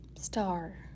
Star